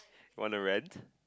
want to rant